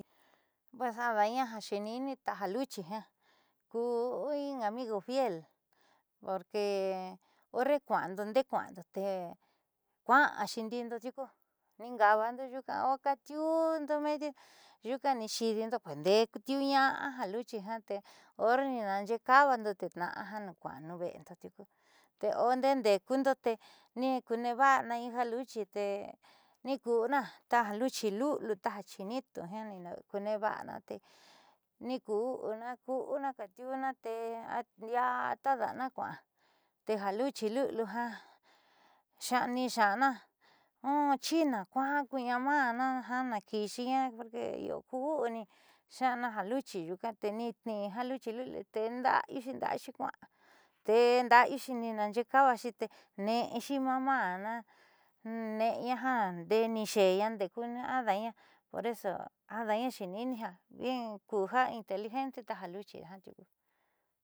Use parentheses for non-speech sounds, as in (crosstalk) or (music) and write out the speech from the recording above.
(unintelligible) ku in amigo fiel porque horre kua'ando deé kua'ando te kua'anxi ndi'ido tiuku niingaabando nyuuka a katiundo mediu nyuuka niixi'idindo ko ndeetiuuña'a ja luchi te horre niinxooka'avando tee tna'a jiaa kua'an ku nuuve'endo tiuku te ondeé ndeekundo te ni kuuneeva'ana in ja luchi te ni ku'unaa taja luchi luliu taja chinito jiaani kuuneeva'ana te ni kuu'uuna ku'una kaatiuna te ndraa ta da'ana kua'a teja luchi luliu jiaa niixa'ana un chino kua'a kuuña'a maa'ana naakiixiña porque io kuu'uni xa'ana ja luchi hyuuka te ni tniin ja luchi luliu teenda'ayuxi teenda'ayuxi kua'a teenda'ayuxi nixaadooko'avaxi te ne'exi mamá'ana ne'eña poreso adaaña xeeni'ini ja bien ku inteligente kuja luchi jiaa tiuku.